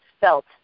felt